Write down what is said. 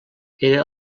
era